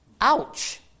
Ouch